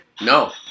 No